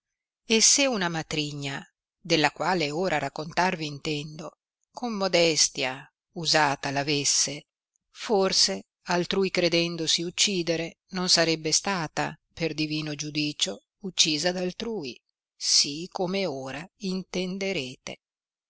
e se una matrigna della quale ora raccontarvi intendo con modestia usata l'avesse forse altrui credendosi uccidere non sarebbe stata per divino giudicio uccisa d altrui sì come ora intenderete